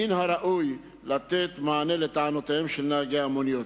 מן הראוי לתת מענה על טענותיהם של נהגי המוניות.